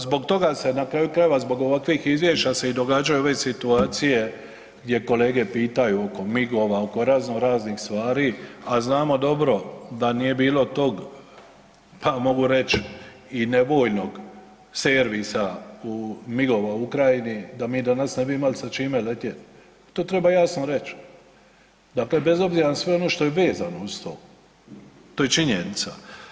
Zbog toga se na kraju krajeve, zbog ovakvih izvješća se i događaju ove situacije gdje kolege pitaju oko MIG-ova, oko razno raznih stvari, a znamo dobro da nije bilo tog, pa mogu reći i nevoljnog servisa MIG-ova u Ukrajini da mi danas ne bi imali sa čime letjeti, to treba jasno reć, dakle bez obzira na sve ono što je vezano uz to, to je činjenica.